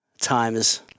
times